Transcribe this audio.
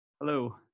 hello